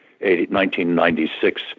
1996